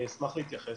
אשמח להתייחס.